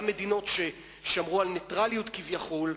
גם מדינות ששמרו על נייטרליות, כביכול,